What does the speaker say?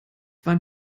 waren